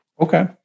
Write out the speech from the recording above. Okay